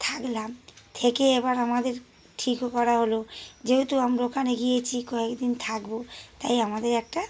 থাকলাম থেকে এবার আমাদের ঠিকও করা হলো যেহেতু আমরা ওখানে গিয়েছি কয়েকদিন থাকবো তাই আমাদের একটা